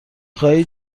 خواهی